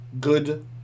Good